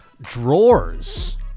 drawers